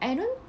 I don't